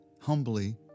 humbly